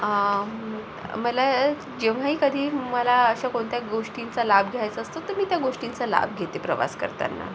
मला जेव्हाही कधी मला अशा कोणत्याही गोष्टींचा लाभ घ्यायचा असतो तर मी त्या गोष्टींचा लाभ घेते प्रवास करताना